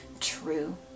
true